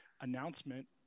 announcement